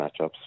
matchups